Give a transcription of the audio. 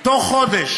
בתוך חודש